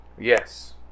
Yes